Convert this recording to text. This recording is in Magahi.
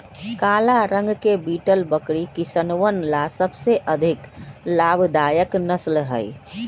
काला रंग के बीटल बकरी किसनवन ला सबसे अधिक लाभदायक नस्ल हई